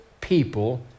people